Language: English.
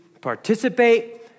participate